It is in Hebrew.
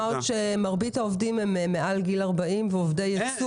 מה עוד שמרבית העובדים הם מעל גיל 40 ועובדי ייצור.